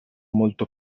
molto